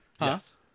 Yes